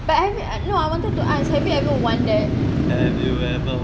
but have you no I wanted to ask have you ever wondered